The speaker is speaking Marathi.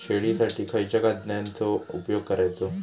शेळीसाठी खयच्या खाद्यांचो उपयोग करायचो?